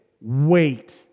wait